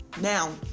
Now